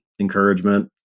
encouragement